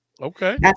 Okay